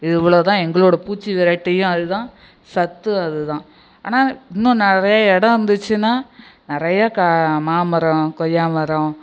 இது இவ்ளோ தான் எங்களோட பூச்சி விரட்டியும் அது தான் சத்தும் அது தான் ஆனால் இன்னும் நிறையா இடம் இருந்துச்சுன்னா நிறையா கா மாமரம் கொய்யா மரம்